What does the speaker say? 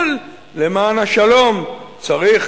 למען השלום צריך,